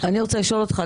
אני רוצה לשאול אותך,